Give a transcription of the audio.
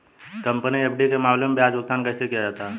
Company FD के मामले में ब्याज भुगतान कैसे किया जाता है?